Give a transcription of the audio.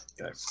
Okay